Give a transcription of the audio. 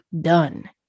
done